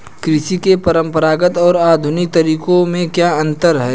कृषि के परंपरागत और आधुनिक तरीकों में क्या अंतर है?